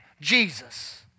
Jesus